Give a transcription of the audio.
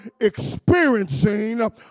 experiencing